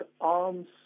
arms